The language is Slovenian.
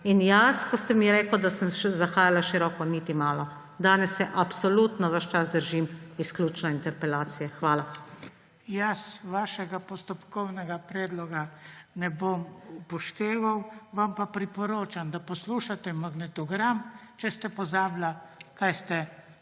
In jaz, ko ste mi rekli, da sem zahajala široko – niti malo. Danes se absolutno ves čas držim izključno interpelacije. **PODPREDSEDNIK BRANKO SIMONOVIČ:** Vašega postopkovnega predloga ne bom upošteval. Vam pa priporočam, da poslušate magnetogram, če ste pozabili, kaj ste